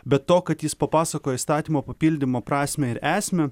bet to kad jis papasakojo įstatymo papildymo prasmę ir esmę